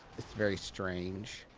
very strange.